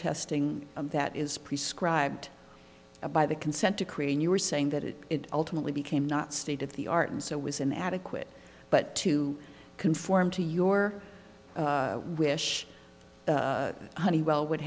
testing that is prescribed by the consent decree and you were saying that it ultimately became not state of the art and so was an adequate but to conform to your wish honeywell would